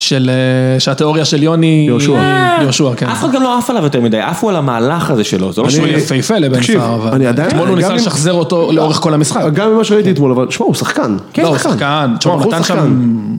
של... שהתיאוריה של יוני... יהושע. יהושע, כן. אף אחד גם לא עף עליו יותר מדי, עפו על המהלך הזה שלו, זה משהו יפהפה לבן סהר, אבל... תקשיב, אני עדיין... גם אם... אתמול הוא ניסה לשחזר אותו לאורך כל המשחק. גם עם מה שראיתי אתמול, אבל... תשמעו, הוא שחקן. כן, הוא שחקן. לא, הוא שחקן. תשמעו, נתן שם...